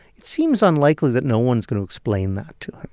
it seems unlikely that no one's going to explain that to him.